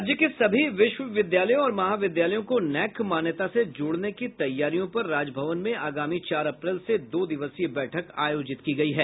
राज्य के सभी विश्वविद्यालयों और महाविद्यालयों को नैक मान्यता से जोड़ने की तैयारियों पर राजभवन में आगामी चार अप्रैल से दो दिवसीय बैठक आयोजित की गई है